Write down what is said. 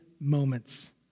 moments